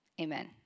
amen